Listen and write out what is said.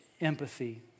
empathy